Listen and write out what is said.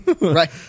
Right